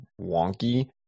wonky